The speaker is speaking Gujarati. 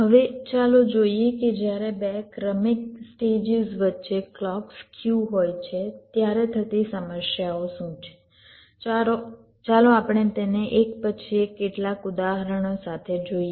હવે ચાલો જોઈએ કે જ્યારે 2 ક્રમિક સ્ટેજીસ વચ્ચે ક્લૉક સ્ક્યુ હોય છે ત્યારે થતી સમસ્યાઓ શું છે ચાલો આપણે તેને એક પછી એક કેટલાક ઉદાહરણો સાથે જોઈએ